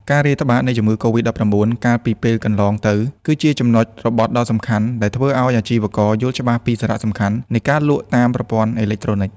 ការរាតត្បាតនៃជំងឺកូវីដ-១៩ កាលពីពេលកន្លងទៅ គឺជាចំណុចរបត់ដ៏សំខាន់ដែលធ្វើឱ្យអាជីវករយល់ច្បាស់ពីសារៈសំខាន់នៃការលក់តាមប្រព័ន្ធអេឡិចត្រូនិក។